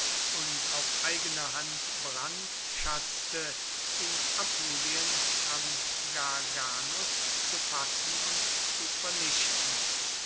und auf eigene hand brandschatzte in apulien am garganus zu fassen und zu vernichten